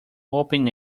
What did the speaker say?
open